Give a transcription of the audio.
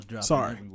Sorry